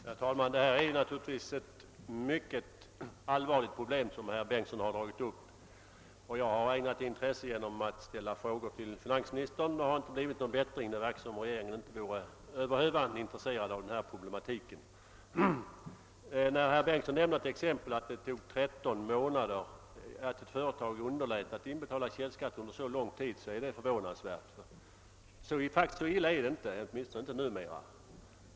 Herr talman! Det är ett mycket allvarligt problem som herr Bengtsson i Landskrona har tagit upp, och jag har ägnat det intresse genom att ställa frågor till finansministern. Det har emellertid inte blivit någon förbättring. Det verkar som om regeringen inte vore över hövan intresserad av denna problematik. Herr Bengtsson i Landskrona nämnde ett exempel, där ett företag underlät att inbetala källskatt under 13 månader. Det var förvånansvärt, ty så illa är det faktiskt inte i regel, åtminstone inte numera.